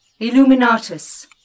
Illuminatus